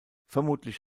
vermutlich